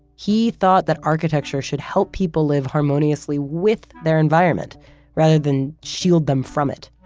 he thought that architecture should help people live harmoniously with their environment rather than shield them from it.